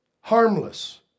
harmless